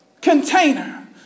container